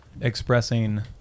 expressing